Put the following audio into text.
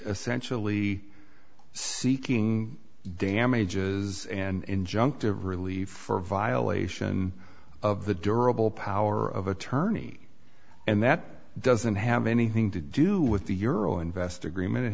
essentially seeking damages and injunctive relief for violation of the durable power of attorney and that doesn't have anything to do with the euro investor greenman it